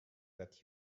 that